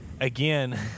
Again